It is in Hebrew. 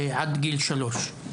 עד גיל שלוש.